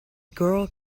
girl